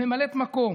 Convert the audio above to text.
ממלאת מקום,